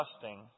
trusting